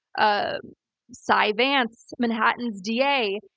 ah cy vance, manhattan's da,